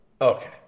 okay